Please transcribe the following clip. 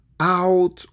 out